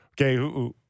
okay